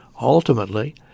ultimately